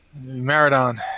Maradon